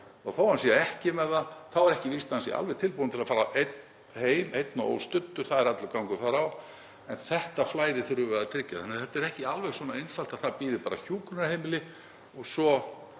og þó að hann sé ekki með það þá er ekki víst að hann sé alveg tilbúinn til að fara einn heim, einn og óstuddur. Það er allur gangur þar á. En þetta flæði þurfum við að tryggja þannig að þetta er ekki alveg svona einfalt að það bíði bara hjúkrunarheimili sem